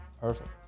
Perfect